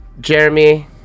Jeremy